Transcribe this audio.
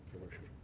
your worship.